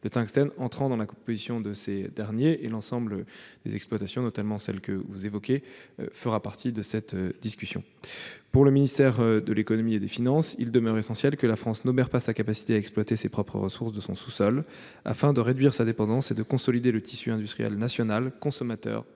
Le tungstène entrant dans la composition de ces derniers, l'ensemble des exploitations, dont celle que vous avez mentionnée, feront partie de la discussion. Pour le ministère de l'économie et des finances, il demeure essentiel que la France n'obère pas sa capacité à exploiter les ressources de son propre sous-sol, afin de réduire sa dépendance et de consolider le tissu industriel national consommateur